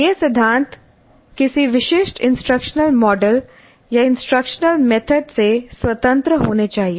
ये सिद्धांत किसी विशिष्ट इंस्ट्रक्शनल मॉडल या इंस्ट्रक्शनल मेथड से स्वतंत्र होने चाहिए